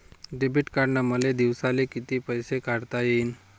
Debit कार्डनं मले दिवसाले कितीक पैसे काढता येईन?